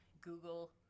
Google